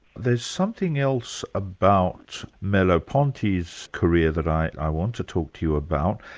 there's something else about merleau-ponty's career that i want to talk to you about.